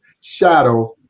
shadow